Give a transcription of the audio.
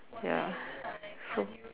ya so